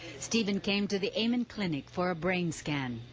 steven came to the amond clinic for a brain scan.